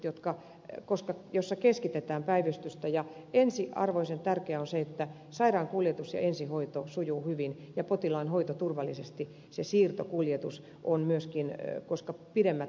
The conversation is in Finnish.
meillähän on päivystyskeskukset joihin keskitetään päivystystä ja ensiarvoisen tärkeää on se että sairaankuljetus ja ensihoito sujuvat hyvin ja potilaan hoito turvallisesti se siirtokuljetus myöskin koska on pidemmät välimatkat